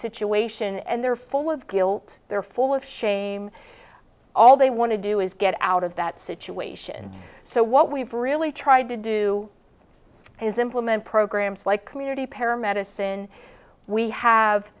situation and they're full of guilt they're full of shame all they want to do is get out of that situation so what we've really tried to do is implement programs like community para medicine we have